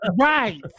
right